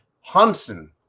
Hansen